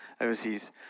overseas